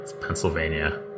Pennsylvania